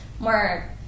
more